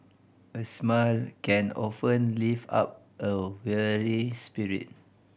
a smile can often lift up a weary spirit